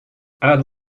add